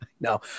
No